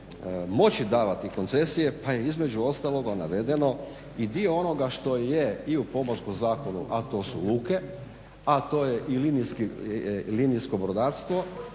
moći davati koncesije pa je između ostaloga navedeno i dio onoga što je i u pomorskom zakonu, a to su luke, a to je i linijsko brodarstvo,